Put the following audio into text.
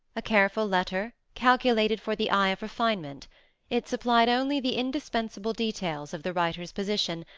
a careful letter, calculated for the eye of refinement it supplied only the indispensable details of the writer's position,